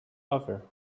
over